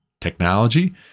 technology